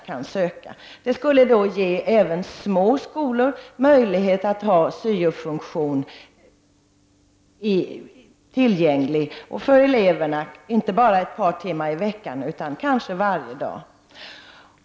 Ett genomförande av vårt förslag skulle ge även små skolor möjlighet att få en syofunktion för eleverna, inte bara ett par timmar i veckan utan kanske varje dag.